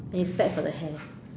and it is bad for the hair